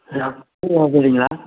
ஏதாவது பூ வாங்குறீங்களா